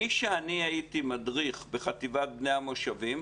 מאז שהייתי מדריך בחטיבת בני המושבים,